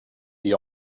the